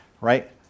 right